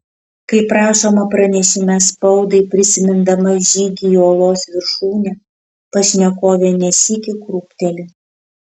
kaip rašoma pranešime spaudai prisimindama žygį į uolos viršūnę pašnekovė ne sykį krūpteli